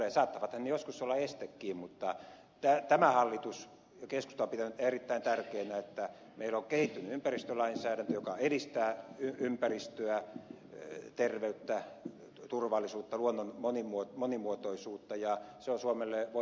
saattavathan ne joskus olla estekin mutta tämä hallitus ja keskusta on pitänyt erittäin tärkeänä että meillä on kehittynyt ympäristölainsäädäntö joka edistää ympäristöä terveyttä turvallisuutta luonnon monimuotoisuutta ja se on suomelle voimavara ja vahvuus